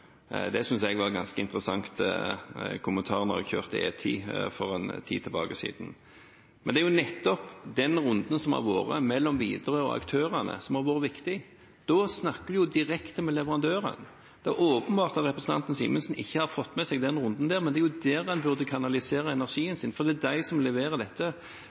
Det syntes jeg var en ganske interessant kommentar da jeg kjørte E10 for en tid tilbake. Men det er jo nettopp den runden som har vært mellom Widerøe og aktørene, som har vært viktig. Da snakker man jo direkte med leverandøren. Det er åpenbart at representanten Simensen ikke har fått med seg den runden, men det er der han burde kanalisere energien sin, for det er de som leverer dette.